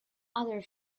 other